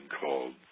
called